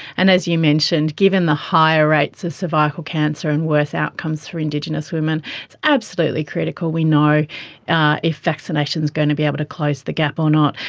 and as you mentioned, given the higher rates of cervical cancer and worse outcomes for indigenous women, it's absolutely critical we know if vaccination is going to be able to close the gap or not.